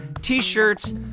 t-shirts